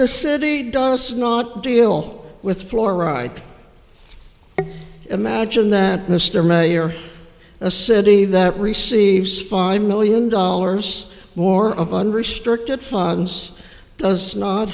the city does not deal with fluoride imagine that mr mayor a city that receives five million dollars more of unrestricted funds does not